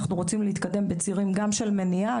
אנחנו רוצים להתקדם בצירים גם של מניעה,